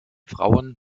frauen